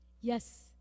Yes